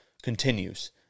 continues